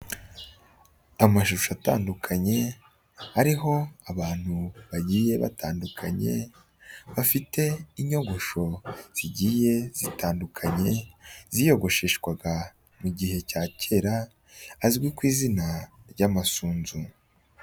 Amashusho atandukanye ariho abantu bagiye batandukanye, bafite inyogosho zigiye zitandukanye, ziyogosheshwaga mu gihe cya kera, zizwi ku izina ry'amasunzu.